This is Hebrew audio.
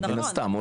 מן הסתם,